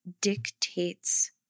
dictates